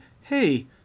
hey